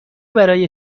برای